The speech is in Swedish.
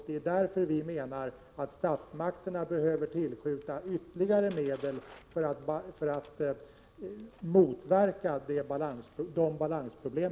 Det är därför som vi menar att statsmakterna behöver tillskjuta ytterligare medel för att motverka dessa balansproblem.